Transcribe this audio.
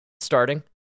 starting